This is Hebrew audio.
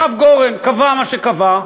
הרב גורן קבע מה שקבע,